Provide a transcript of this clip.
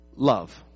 love